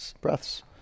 breaths